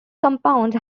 compounds